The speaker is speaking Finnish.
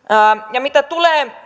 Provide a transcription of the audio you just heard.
ja mitä tulee